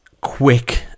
quick